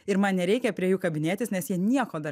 ir man nereikia prie jų kabinėtis nes jie nieko dar